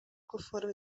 foram